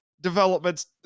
developments